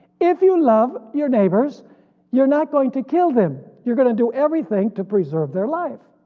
if you love your neighbors you're not going to kill them, you're going to do everything to preserve their life.